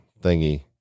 thingy